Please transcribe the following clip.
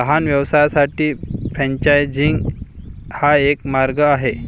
लहान व्यवसायांसाठी फ्रेंचायझिंग हा एक मार्ग आहे